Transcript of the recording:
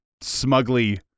smugly